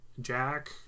Jack